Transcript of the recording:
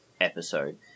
episode